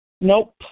Nope